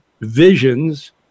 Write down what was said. visions